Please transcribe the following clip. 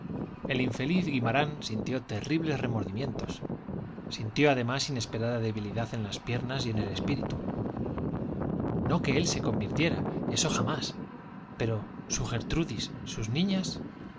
el infeliz guimarán sintió terribles remordimientos sintió además inesperada debilidad en las piernas y en el espíritu no que él se convirtiera eso jamás pero su gertrudis sus niñas